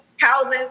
houses